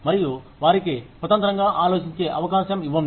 మరియు వారికి స్వతంత్రంగా ఆలోచించే అవకాశం ఇవ్వండి